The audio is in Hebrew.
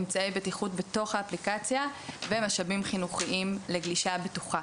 אמצעי בטיחות בתוך האפליקציה ומשאבים חינוכיים לגלישה בטוחה.